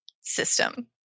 system